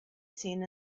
seen